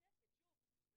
בשנת 1852, ויש ותיקים מאתנו.